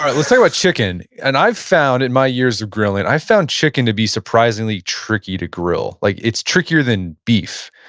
um let's talk about chicken. and i've found in my years of grilling, i've found chicken to be surprisingly tricky to grill. like, it's trickier than beef,